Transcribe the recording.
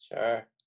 Sure